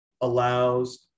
allows